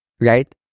right